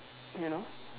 you know